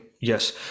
Yes